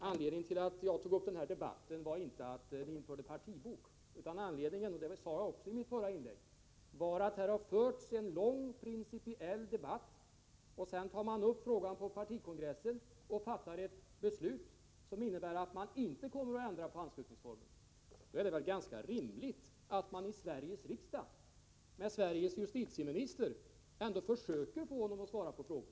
Anledningen till att jag tog upp denna debatt var inte att ni införde partibok, utan det var, som jag sade i mitt förra inlägg, att det här har förts en lång principiell debatt och att man därefter har tagit upp frågan på partikongressen och fattat ett beslut som innebär att man inte kommer att ändra anslutningsformerna. Då är det rimligt att man i Sveriges riksdag försöker få Sveriges justitieminister att svara på dessa frågor.